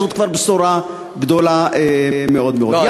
הוא כבר בשורה גדולה מאוד מאוד.